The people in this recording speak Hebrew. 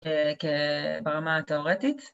ברמה התאורטית